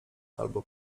albo